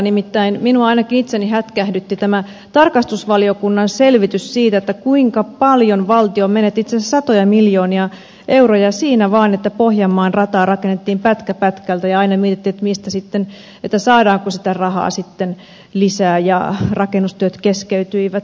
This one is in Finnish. nimittäin minua ainakin itseäni hätkähdytti tämä tarkastusvaliokunnan selvitys siitä kuinka paljon valtio menetti itse asiassa satoja miljoonia euroja siinä vaan että pohjanmaan rataa rakennettiin pätkä pätkältä ja aina mietittiin saadaanko sitä rahaa sitten lisää ja rakennustyöt keskeytyivät